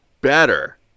better